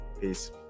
Peace